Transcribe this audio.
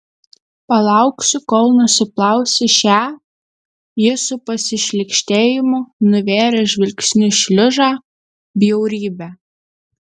palauksiu kol nusiplausi šią jis su pasišlykštėjimu nuvėrė žvilgsniu šliužą bjaurybę